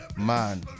Man